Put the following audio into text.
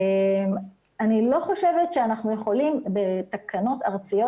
אני לא חושבת שאנחנו יכולים בתקנות ארציות